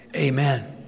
Amen